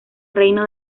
reino